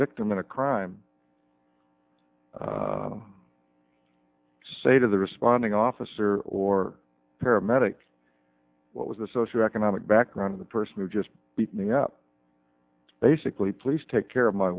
victim in a crime say to the responding officer or paramedic what was the socioeconomic background of the person who just beat me up basically please take care of my